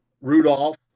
Rudolph